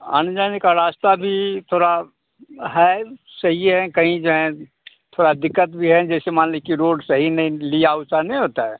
आने जाने का रास्ता भी थोड़ा है सहिए हैं कहीं जाएँ थोड़ा दिक़्क़त भी हैं जैसे मान लें कि रोड सही नहीं लिया उसा नहीं होता है